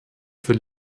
für